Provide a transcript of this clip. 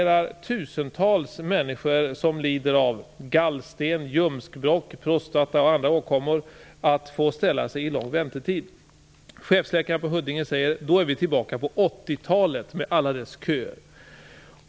Tusentals människor som lider av gallsten, ljumskbråck, prostata och andra åkommor riskerar att få ställa sig på långa väntelistor. Chefsläkare på Huddinge sjukhus säger: Då är vi tillbaka på 80-talet med alla dess köer.